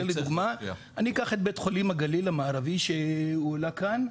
לדוגמא אני אקח את בית חולים הגליל המערבי שהועלה כאן,